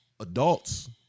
adults